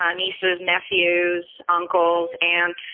um nieces, nephews, uncles, and